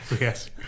Yes